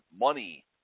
money